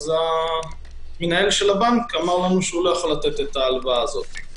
אז מנהל הבנק אמר לנו שהוא לא יכול לתת את ההלוואה הזאת.